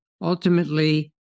Ultimately